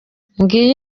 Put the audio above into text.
ngiyi